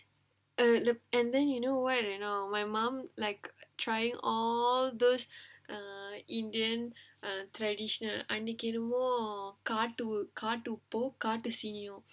err and then you know what or not my mum like trying all those err indian err traditional அன்னைக்கு என்னமோ காட்டு காட்டு உப்போ காட்டு சீனியோ:annaikku ennamo kaattu kaattu uppo kaattu seeniyo